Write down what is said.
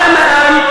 העלאת המע"מ,